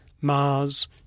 Mars